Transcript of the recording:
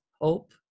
hope